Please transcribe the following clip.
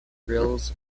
grills